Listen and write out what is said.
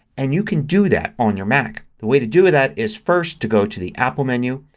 and you can do that on your mac. the way to do that is first to go to the apple menu,